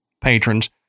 patrons